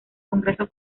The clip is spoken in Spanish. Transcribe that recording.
congreso